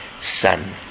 son